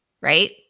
right